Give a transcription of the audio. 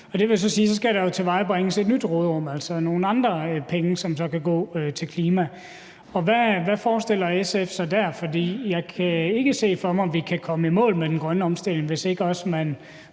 Det vil jo så sige, at der skal tilvejebringes et nyt råderum, altså nogle andre penge, som så kan gå til klimaområdet. Hvad forestiller SF sig dér? For jeg kan ikke se for mig, at vi kan komme i mål med den grønne omstilling, hvis man ikke også